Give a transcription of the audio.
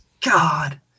god